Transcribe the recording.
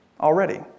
already